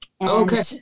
Okay